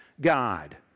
God